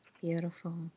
Beautiful